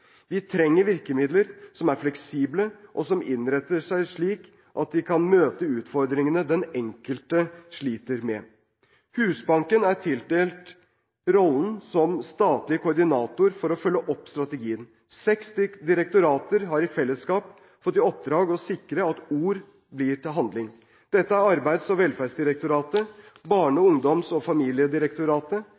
Vi trenger virkemidler som er fleksible, og som innrettes slik at de kan møte utfordringene den enkelte sliter med. Husbanken er tildelt rollen som statlig koordinator for å følge opp strategien. Seks direktorater har i fellesskap fått i oppdrag å sikre at ord blir til handling. De fem øvrige er Arbeids- og velferdsdirektoratet, Barne-, ungdoms- og familiedirektoratet,